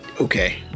Okay